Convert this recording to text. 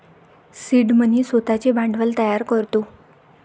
seed money स्वतःचे भांडवल तयार करतो